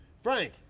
Frank